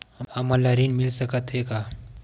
हमन ला ऋण मिल सकत हे का?